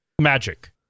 magic